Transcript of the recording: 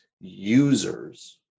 users